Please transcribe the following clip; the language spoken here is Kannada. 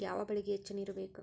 ಯಾವ ಬೆಳಿಗೆ ಹೆಚ್ಚು ನೇರು ಬೇಕು?